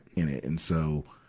in it. and so,